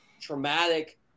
traumatic